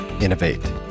Innovate